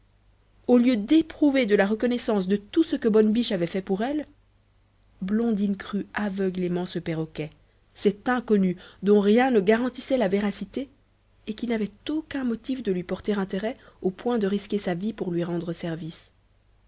au lieu d'éprouver de la reconnaissance de tout ce que bonne biche avait fait pour elle blondine crut aveuglément ce perroquet cet inconnu dont rien ne garantissait la véracité et qui n'avait aucun motif de lui porter intérêt au point de risquer sa vie pour lui rendre service